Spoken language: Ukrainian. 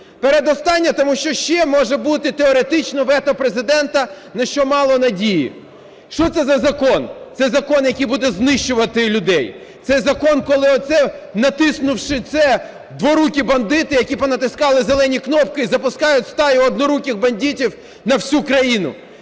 Передостанній тому що ще може бути теоретично вето Президента, на що мало надії. Що це за закон? Це закон, який буде знищувати людей. Це закон, коли натиснувши це, "дворукі бандити" які понатискали зелені кнопки і запускають стаю "одноруких бандитів" на всю країну.